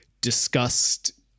discussed